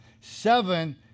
Seven